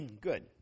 Good